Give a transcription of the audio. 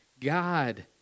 God